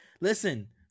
Listen